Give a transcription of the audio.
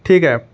ठीक आहे